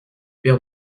père